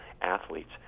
athletes